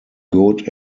good